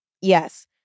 Yes